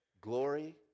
glory